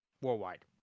Worldwide